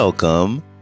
Welcome